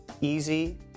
easy